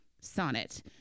Sonnet